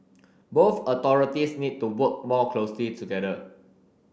both authorities need to work more closely together